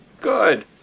Good